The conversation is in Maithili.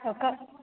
कतऽ छी